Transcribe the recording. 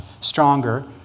stronger